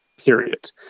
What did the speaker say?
period